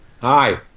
Hi